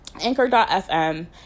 Anchor.fm